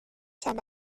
چند